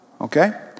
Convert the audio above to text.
Okay